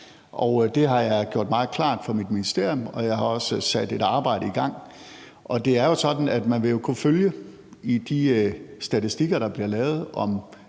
Det har jeg gjort meget klart for mit ministerium, og jeg har også sat et arbejde i gang. Det er jo sådan, at man i de statistikker, der bliver lavet,